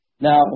Now